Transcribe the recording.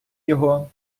його